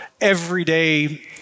everyday